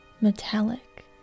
metallic